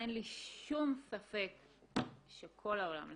אין לי שום ספק שכל העולם לפניך.